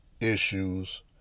issues